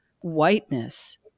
whiteness